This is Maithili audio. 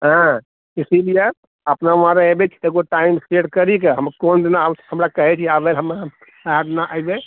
हँ इसीलिए अपना वहांँ रहै छै एगो टाइम सेट करी कऽ हम कोन दिना कहै रहिऐ आबै लऽ हमे ओएह दिना एबए